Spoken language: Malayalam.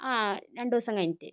ആ രണ്ട് ദിവസം കഴിഞ്ഞിട്ട്